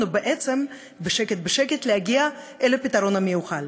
בעצם בשקט-בשקט להגיע אל הפתרון המיוחל.